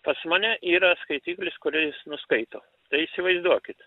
pas mane yra skaitiklis kuris nuskaito tai įsivaizduokit